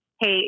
Hey